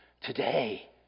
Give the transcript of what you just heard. Today